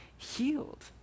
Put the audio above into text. Healed